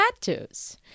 Tattoos